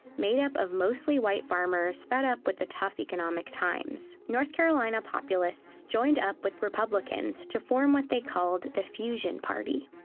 made up of mostly white farmers fed up with the tough economic times. north carolina populists joined up with republicans to form what they called the fusion party.